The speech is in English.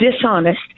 dishonest